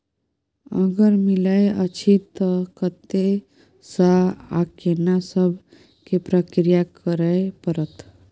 अगर मिलय अछि त कत्ते स आ केना सब प्रक्रिया करय परत?